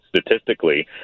statistically